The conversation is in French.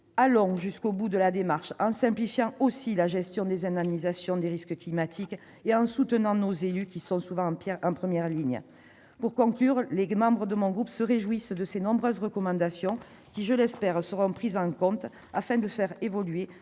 allons jusqu'au bout de la démarche en simplifiant également la procédure d'indemnisation des risques climatiques et en soutenant nos élus, qui sont souvent en première ligne. En conclusion, les membres de mon groupe se réjouissent de ces nombreuses recommandations qui, je l'espère, seront prises en compte pour faire évoluer